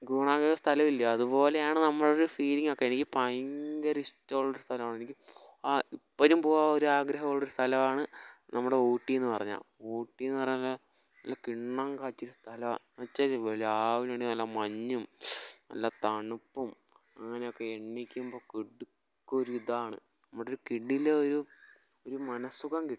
ഗുണ കേവ് സ്ഥലമില്ലേ അതുപോലെ തന്നെയാണ് നമ്മളൊരു ഫീലിങ്ങൊക്കെ എനിക്ക് ഭയങ്കര ഇഷ്ടമുള്ളൊരു സ്ഥലമാണെനിക്ക് ആ ഇപ്പോഴും പോകാൻ ഒരു അഗ്രഹമുള്ളൊരു സ്ഥലമാണ് നമ്മുടെ ഊട്ടിയെന്ന് പറഞ്ഞാൽ ഊട്ടിയെന്ന് പറഞ്ഞാൽ നല്ലെ നല്ലെ കിണ്ണം കാച്ചിയ ഒരു സ്ഥലമാണ് ഉച്ച കഴിഞ്ഞാൽ പോവാം രാവിലെ മുതൽ നല്ല മഞ്ഞും ശ് നല്ല തണുപ്പും അങ്ങനെയൊക്കെ എണീക്കുമ്പം കിടുക്കൊരിതാണ് നമ്മുടെ ഒരു കിടിലം ഒരു ഒരു മനഃസുഖം കിട്ടും